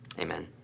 Amen